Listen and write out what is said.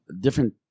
different